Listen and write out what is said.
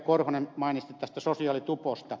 korhonen mainitsi tästä sosiaalituposta